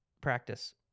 practice